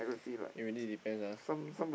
it really depends ah